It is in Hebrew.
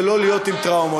ולא להיות עם טראומות.